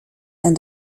and